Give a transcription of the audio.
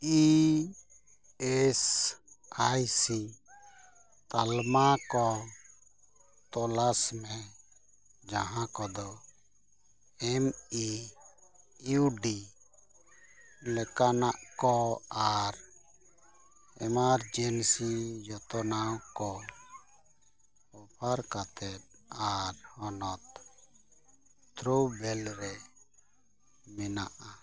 E S I C ᱛᱟᱞᱢᱟ ᱠᱚ ᱛᱚᱞᱟᱥ ᱢᱮ ᱡᱟᱦᱟᱸ ᱠᱚᱫᱚ ᱮᱢ ᱤ ᱤᱭᱩ ᱰᱤ ᱞᱮᱠᱟᱱᱟᱜ ᱠᱚ ᱟᱨ ᱮᱢᱟᱨᱡᱮᱱᱥᱤ ᱡᱚᱛᱱᱟᱣ ᱠᱚ ᱚᱯᱷᱟᱨ ᱠᱟᱛᱮᱫ ᱟᱨ ᱦᱚᱱᱚᱛ ᱛᱷᱳᱣᱵᱟᱞ ᱨᱮ ᱢᱮᱱᱟᱜᱼᱟ